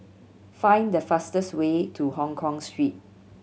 find the fastest way to Hongkong Street